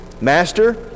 Master